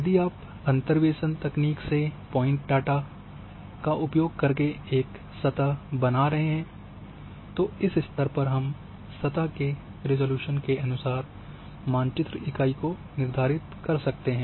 यदि आप अंतर्वेसन तकनीक से पॉइंट डाटा का उपयोग करके एक सतह बना रहे हैं तो इस स्तर पर हम सतह के रिज़ॉल्यूश के अनुसार मानचित्र इकाई को निर्धारित कर सकते हैं